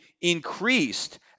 increased